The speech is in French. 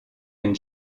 une